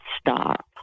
stop